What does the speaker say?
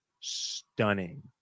Stunning